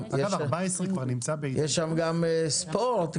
יש שם גם ספורט.